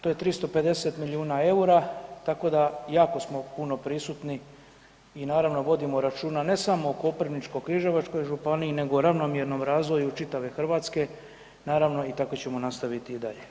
To je 350 milijuna eura, tako da, jako smo puno prisutni i naravno, vodimo računa, ne samo o Koprivničko-križevačkoj županiji nego ravnomjernom razvoju čitave Hrvatske, naravno i tako ćemo nastaviti i dalje.